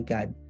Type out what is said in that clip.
God